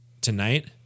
tonight